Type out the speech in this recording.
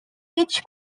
each